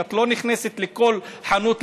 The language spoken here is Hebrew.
את לא נכנסת לכל חנות,